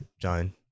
John